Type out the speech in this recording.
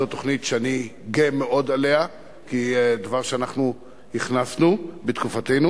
זו תוכנית שאני גאה מאוד עליה כדבר שאנחנו הכנסנו בתקופתנו.